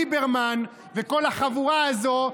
ליברמן וכל החבורה הזאת,